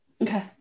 Okay